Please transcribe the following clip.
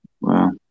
Wow